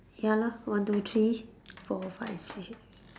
ya lah one two three four five six